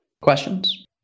questions